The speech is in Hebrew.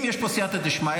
אם יש פה סייעתא דשמיא,